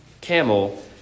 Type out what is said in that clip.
Camel